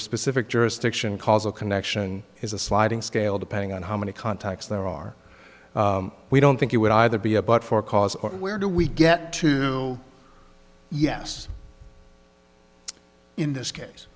r specific jurisdiction causal connection is a sliding scale depending on how many contacts there are we don't think it would either be a but for cause or where do we get to yes in this case